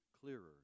clearer